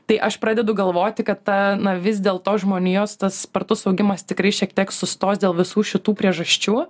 tai aš pradedu galvoti kad ta na vis dėl to žmonijos spartus augimas tikrai šiek tiek sustos dėl visų šitų priežasčių